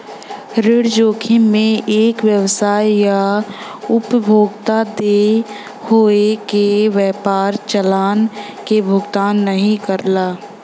ऋण जोखिम में एक व्यवसाय या उपभोक्ता देय होये पे व्यापार चालान क भुगतान नाहीं करला